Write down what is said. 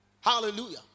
Hallelujah